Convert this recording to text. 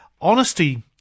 Honesty